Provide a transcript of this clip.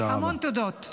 המון תודות.